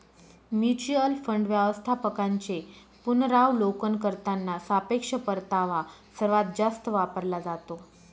mutual fund व्यवस्थापकांचे पुनरावलोकन करताना सापेक्ष परतावा सर्वात जास्त वापरला जातो